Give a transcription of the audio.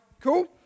Cool